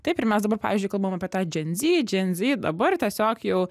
taip ir mes dabar pavyzdžiui kalbame apie tą dženzy dženzy dabar tiesiog jau